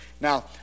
Now